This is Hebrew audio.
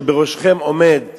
שבראשכם עומד ברק,